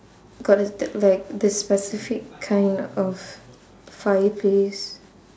got like the the the specific kind of fireplace